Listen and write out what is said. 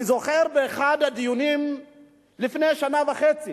אני זוכר באחד הדיונים לפני שנה וחצי